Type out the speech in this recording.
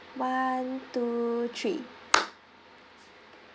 one two three